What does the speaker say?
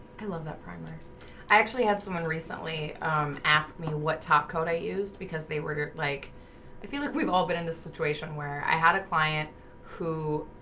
i love that primer i actually had someone recently asked me what topcoat i used because they were like i feel like we've all been in this situation where i had a client who?